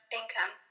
income